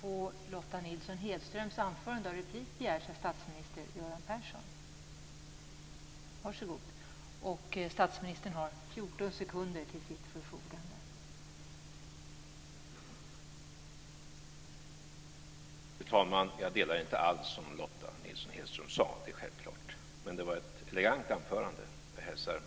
Fru talman! Jag delar inte alls Lotta Nilsson Hedströms uppfattning - det är självklart. Men det var ett elegant anförande, och jag hälsar